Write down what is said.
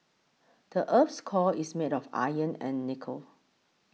the earth's core is made of iron and nickel